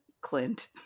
clint